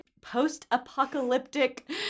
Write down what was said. post-apocalyptic